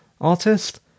artist